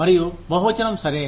మరియు బహువచనం సరే